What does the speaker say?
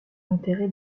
enterré